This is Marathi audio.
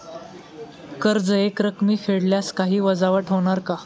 कर्ज एकरकमी फेडल्यास काही वजावट होणार का?